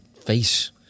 face